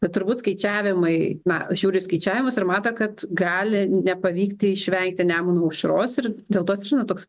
bet turbūt skaičiavimai na žiūri į skaičiavimus ir mato kad gali nepavykti išvengti nemuno aušros ir dėl tos na toks